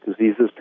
diseases